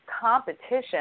Competition